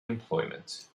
employment